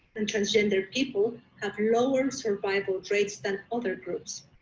and transgender people have lower and survival rates than other groups.